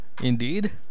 indeed